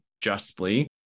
justly